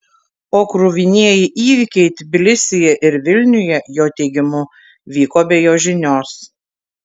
o kruvinieji įvykiai tbilisyje ir vilniuje jo teigimu vyko be jo žinios